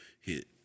hit